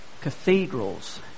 cathedrals